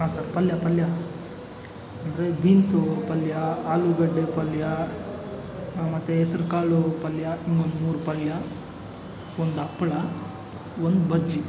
ಹಾಂ ಸರ್ ಪಲ್ಯ ಪಲ್ಯ ಅಂದರೆ ಬೀನ್ಸು ಪಲ್ಯ ಆಲೂಗಡ್ಡೆ ಪಲ್ಯ ಮತ್ತೆ ಹೆಸರು ಕಾಳು ಪಲ್ಯ ಒಂದು ಮೂರು ಪಲ್ಯ ಒಂದು ಹಪ್ಪಳ ಒಂದು ಬಜ್ಜಿ